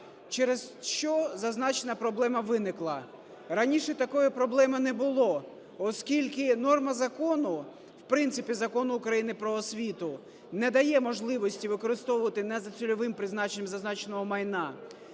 Через що зазначена проблема виникла? Раніше такої проблеми не було, оскільки норма закону, в принципі Закону України "Про освіту", не дає можливості використовувати не за цільовим призначенням зазначеного майна,